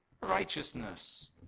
righteousness